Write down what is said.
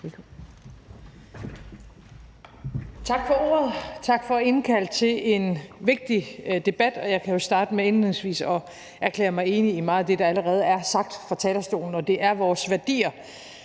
Tak for ordet. Tak for at indkalde til en vigtig debat. Jeg kan jo starte med indledningsvis at erklære mig enig i meget af det, der allerede er sagt fra talerstolen. Det er vores værdier,